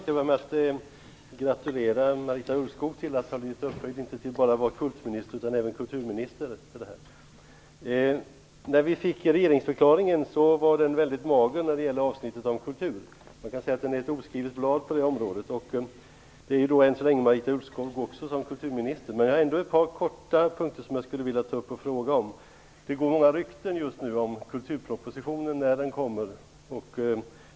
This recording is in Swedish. Fru talman! Jag vill först gratulera Marita Ulvskog till att hon blivit upphöjd inte bara till vår kulminister utan även till kulturminister. Regeringsförklaringen var väldigt mager när det gäller avsnittet om kultur. Man kan säga att den är ett oskrivet blad på det området, och det är än så länge Marita Ulvskog också som kulturminister. Det är ändå ett par saker som jag skulle vilja fråga om. Det går många rykten om när kulturpropositionen kommer.